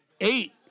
Eight